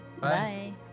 Bye